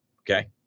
Okay